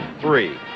three